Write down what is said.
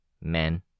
Men